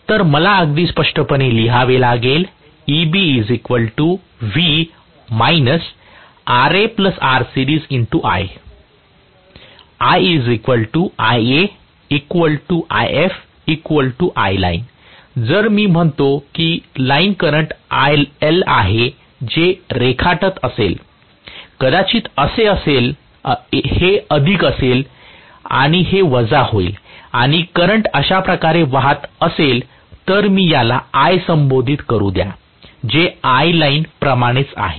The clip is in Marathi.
तर मला अगदी स्पष्टपणे लिहावे लागेल जर मी म्हणतो की लाईन करंट IL आहे जे रेखाटत असेल कदाचित हे अधिक असेल आणि हे वजा होईल आणि करंट अशा प्रकारे वाहत असेल तर मी याला I संबोधित करू द्या जे ILine प्रमाणेच आहे